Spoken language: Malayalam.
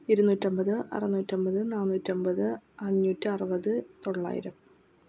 ഇരുനൂറ്റമ്പത് അറുന്നൂറ്റമ്പത് നാനൂറ്റമ്പത് അഞ്ഞൂറ്റി അറുപത് തൊള്ളായിരം